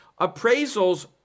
Appraisals